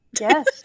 yes